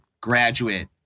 graduate